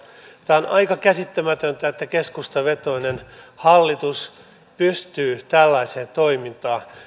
tämä on aika käsittämätöntä että keskustavetoinen hallitus pystyy tällaiseen toimintaan